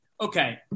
Okay